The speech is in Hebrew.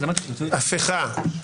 הפיכה,